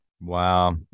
Wow